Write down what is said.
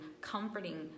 comforting